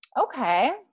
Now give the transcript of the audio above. Okay